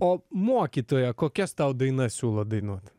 o mokytoja kokias tau dainas siūlo dainuot